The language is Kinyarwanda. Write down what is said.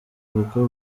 kuko